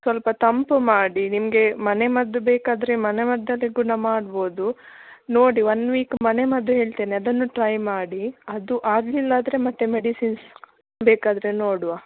ಸ್ವಲ್ಪ ತಂಪು ಮಾಡಿ ನಿಮಗೆ ಮನೆಮದ್ದು ಬೇಕಾದರೆ ಮನೆಮದ್ದಲ್ಲೇ ಗುಣ ಮಾಡ್ಬೌದು ನೋಡಿ ಒನ್ ವೀಕ್ ಮನೆಮದ್ದು ಹೇಳ್ತೇನೆ ಅದನ್ನು ಟ್ರೈ ಮಾಡಿ ಅದು ಆಗಲಿಲ್ಲ ಆದರೆ ಮತ್ತೆ ಮೆಡಿಸಿನ್ಸ್ ಬೇಕಾದರೆ ನೋಡುವ